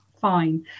fine